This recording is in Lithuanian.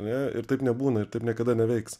ne ir taip nebūna ir taip niekada neveiks